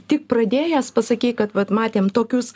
tik pradėjęs pasakei kad vat matėm tokius